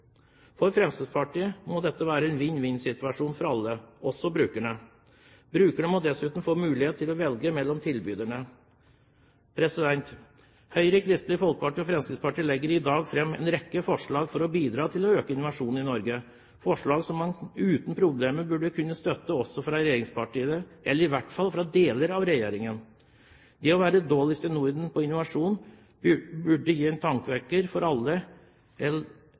må dette være en vinn-vinn-situasjon for alle, også for brukerne. Brukerne må dessuten få mulighet til å velge mellom tilbyderne. Høyre, Kristelig Folkeparti og Fremskrittspartiet legger i dag fram en rekke forslag for å bidra til å øke innovasjonen i Norge, forslag som man uten problemer burde kunne støtte også fra regjeringspartiene, eller i hvert fall fra deler av regjeringen. Det å være dårligst i Norden på innovasjon burde være en tankevekker for alle,